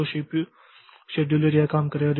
तो CPU scheduler यह काम करेगा